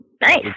Nice